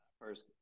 first